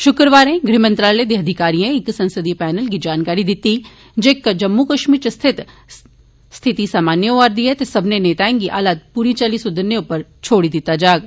शुक्रवारें गृहमंत्रालय दे अधिकारियें इक संसदीय पैनल गी जानकारी दित्ती जे जम्मू कश्मीर च स्थिति सामान्य होआ रदी ऐ ते सब्मने नेताए गी हालात पूरी चाल्ली सुधरने उप्पर छोड़ी दित्ता जाग